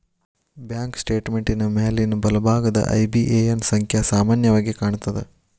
bank ಸ್ಟೇಟ್ಮೆಂಟಿನ್ ಮ್ಯಾಲಿನ್ ಬಲಭಾಗದಾಗ ಐ.ಬಿ.ಎ.ಎನ್ ಸಂಖ್ಯಾ ಸಾಮಾನ್ಯವಾಗಿ ಕಾಣ್ತದ